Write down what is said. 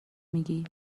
میگی